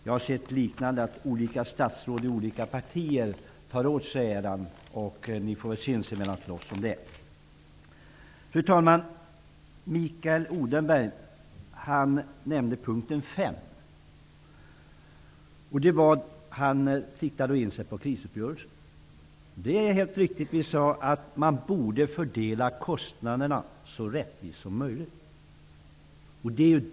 Jag har sett liknande artiklar där olika statsråd från olika partier tar åt sig äran. Ni får väl sinsemellan bråka om det. Fru talman! Mikael Odenberg nämnde p. 5 och avsåg då krisuppgörelsen. Det är riktigt att vi tyckte att man borde fördela kostnaderna så rättvist som möjligt.